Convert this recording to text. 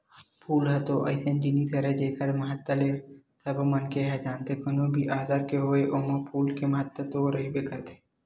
फूल ह तो अइसन जिनिस हरय जेखर महत्ता ल सबो मनखे ह जानथे, कोनो भी अवसर होवय ओमा फूल के महत्ता तो रहिबे करथे